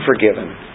forgiven